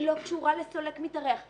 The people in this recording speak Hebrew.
היא לא קשורה לסולק מתארח.